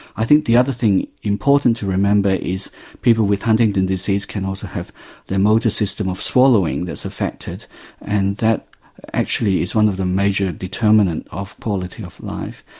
i think the other thing important to remember is people with huntington's disease can also have their motor system of swallowing affected and that actually is one of the major determinants of quality of life.